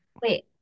Wait